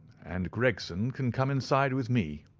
and gregson can come inside with me.